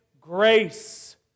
grace